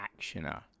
actioner